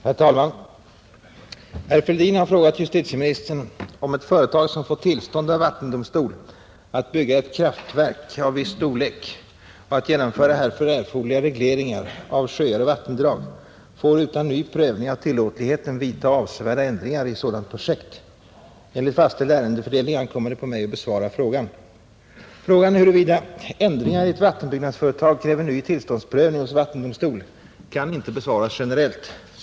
Herr talman! Herr Fälldin har frågat justitieministern om ett företag, som fått tillstånd av vattendomstol att bygga ett kraftverk av viss storlek och att genomföra härför erforderliga regleringar av sjöar och vattendrag, får utan ny prövning av tillåtligheten vidta avsevärda ändringar i ett sådant projekt. Enligt fastställd ärendefördelning ankommer det på mig att besvara frågan. Frågan huruvida ändringar i ett vattenbyggnadsföretag kräver ny tillståndsprövning hos vattendomstol kan inte besvaras generellt.